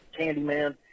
Candyman